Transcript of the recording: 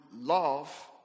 love